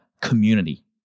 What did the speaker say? community